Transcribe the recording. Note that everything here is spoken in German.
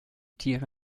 tiere